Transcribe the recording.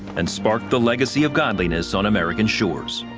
and sparked the legacy of godliness on american shores.